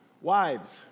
Wives